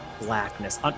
blackness